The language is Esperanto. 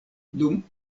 dum